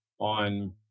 on